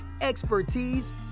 expertise